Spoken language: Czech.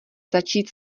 začít